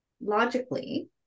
Logically